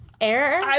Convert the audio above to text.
air